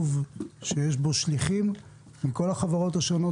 בישוב שיש בו שליחים מכל החברות השונות,